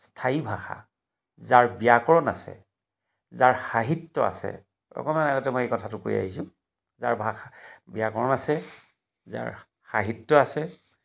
স্থায়ী ভাষা যাৰ ব্যাকৰণ আছে যাৰ সাহিত্য আছে অকণমান আগতে মই এই কথাটো কৈ আহিছোঁ যাৰ ভাষা ব্যাকৰণ আছে যাৰ সাহিত্য আছে